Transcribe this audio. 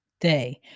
day